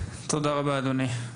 תודה רבה, אדוני.